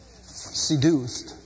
seduced